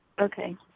Okay